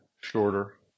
shorter